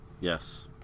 Yes